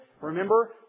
Remember